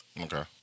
Okay